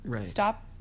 stop